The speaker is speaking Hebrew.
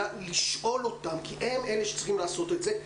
צריך לשאול אותם כי הם אלה שצריכים לעשות את זה.